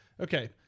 Okay